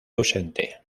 ausente